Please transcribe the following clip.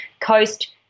Coast